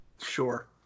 Sure